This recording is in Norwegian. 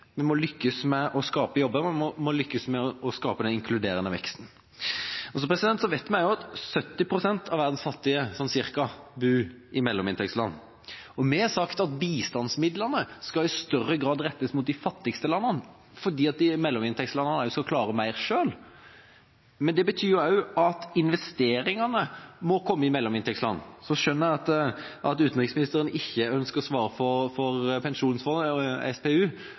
må lykkes med å skape jobber. Man må lykkes med å skape den inkluderende veksten. Vi vet også at ca. 70 pst. av verdens fattige bor i mellominntektsland. Vi har sagt at bistandsmidlene i større grad skal rettes mot de fattigste landene fordi mellominntektslandene skal klare mer selv, men det betyr også at investeringene må komme i mellominntektsland. Jeg skjønner at utenriksministeren ikke ønsker å svare for SPU, og det er for